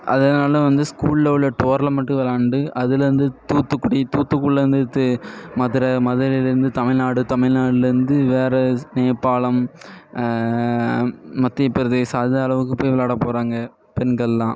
அதனால் வந்து ஸ்கூலில் உள்ள டோர்னாமெண்ட்டு விளாண்டு அதுலேருந்து தூத்துக்குடி தூத்துக்குடிலேருந்து தே மதுரை மதுரைலேருந்து தமிழ்நாடு தமிழ்நாடுலேருந்து வேற நேபாளம் மத்தியப் பிரதேஷ் அந்த அந்தளவுக்கு போய் விளாடப் போகிறாங்க பெண்கள்லாம்